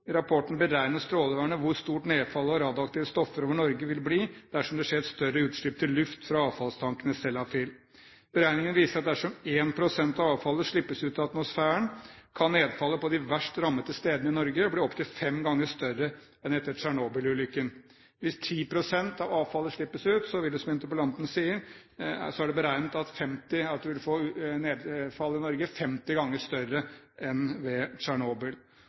rapporten beregner Strålevernet hvor stort nedfallet av radioaktive stoffer over Norge vil bli dersom det skulle skje et større utslipp til luft fra avfallstankene ved Sellafield. Beregningene viser at dersom 1 pst. av avfallet slippes ut i atmosfæren, kan nedfallet på de verst rammede stedene i Norge bli opp til fem ganger større enn etter Tsjernobyl-ulykken. Hvis 10 pst. av avfallet slippes ut, er det, som interpellanten sier, beregnet at nedfallet blir 50